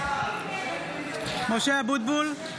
(קוראת בשמות חברי הכנסת) משה אבוטבול,